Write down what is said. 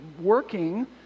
working